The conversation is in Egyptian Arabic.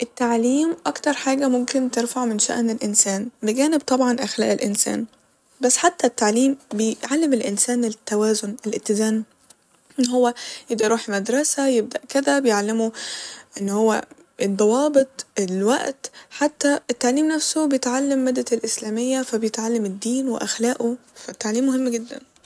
التعليم أكتر حاجة ممكن ترفع من شأن الانسان بجانب طبعا أخلاق الانسان بس حتى التعليم بيعلم الانسان التوازن الاتزان ، ان هو يقدر يروح مدرسة يبدأ كذا ، بيعمله ان هو الضوابط الوقت حتى التعليم نفسه بيتعلم مادة الاسلامية فبيتعلم الدين وأخلاقه فالتعليم مهم جدا